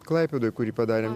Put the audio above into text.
klaipėdoj kurį padarėm